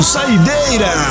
Saideira